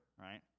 right